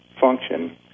function